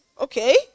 okay